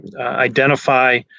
identify